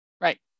Right